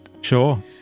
Sure